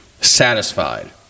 satisfied